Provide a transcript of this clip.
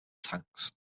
tanks